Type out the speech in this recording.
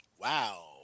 Wow